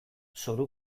zoru